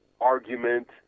argument